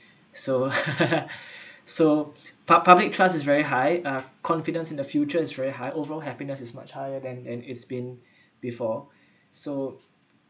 so so pu~ public trust is very high uh confidence in the future is very high overall happiness is much higher than than it's been before so